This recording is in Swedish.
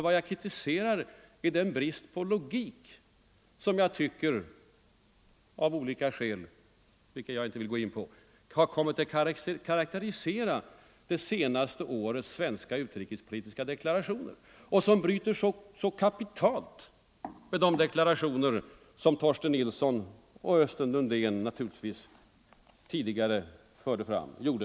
Vad jag kritiserar är den brist på logik och skärpa som — av skäl vilka jag inte vill gå in på — har kommit att karakterisera det senaste årets svenska utrikespolitiska deklarationer, vilka bryter så kapitalt med de uttalanden som Torsten Nilsson och naturligtvis tidigare Östen Undén gjorde.